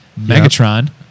megatron